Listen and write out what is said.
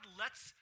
lets